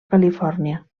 califòrnia